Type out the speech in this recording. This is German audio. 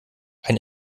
ein